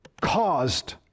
caused